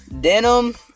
Denim